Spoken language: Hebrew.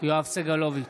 יואב סגלוביץ'